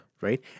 Right